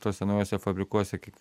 tuose naujuose fabrikuose kaip